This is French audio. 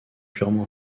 purement